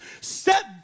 set